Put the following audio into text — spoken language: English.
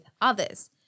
others